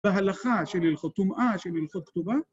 בהלכה של הלכות טומאה, של הלכות כתובה.